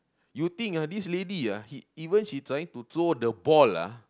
you think ah this lady ah he even she trying to throw the ball ah